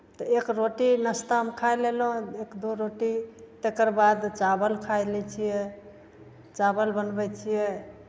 तऽ एक रोटी नाश्तामे खाए लेलहुँ एक दो रोटी तकरबाद चावल खाए लै छियै चावल बनबै छियै